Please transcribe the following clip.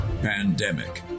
Pandemic